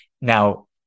Now